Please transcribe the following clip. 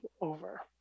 over